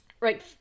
right